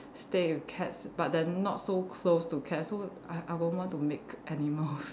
stay with cats but then not so close to cats so I I won't want to make animals